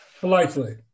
politely